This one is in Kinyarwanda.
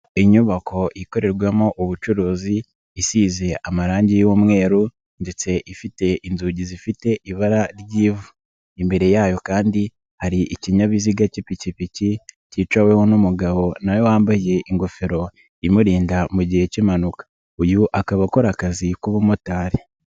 Inyubako ikorerwamo ubucuruzi isize amarangi y'umweru ndetse ifite inzugi zifite ibara ry'ivu. Imbere yayo kandi hari ikinyabiziga k'ipikipiki kicaweho n'umugabo na we wambaye ingofero imurinda mu gihe k'impanuka, uyu akaba akora akazi k'ubumotari.